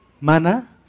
Mana